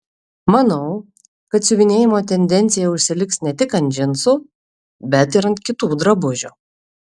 manau kad siuvinėjimo tendencija užsiliks ne tik ant džinsų bet ir ant kitų drabužių